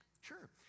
Sure